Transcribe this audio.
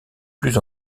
plus